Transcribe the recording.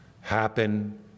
happen